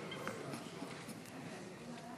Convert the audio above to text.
תודה רבה,